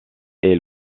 est